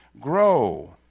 grow